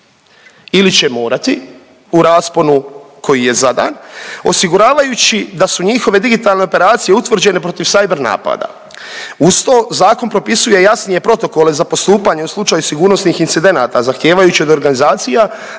ili će morati u rasponu koji je zadan osiguravajući da su njihove digitalne operacije utvrđene protiv cyber napada. Uz to zakon propisuje jasnije protokole za postupanje u slučaju sigurnosnih incidenata zahtijevajući od organizacija